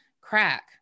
crack